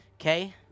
Okay